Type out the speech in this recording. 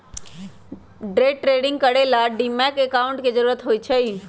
day trading करे ला demat account के जरूरत होई छई